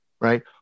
right